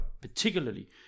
particularly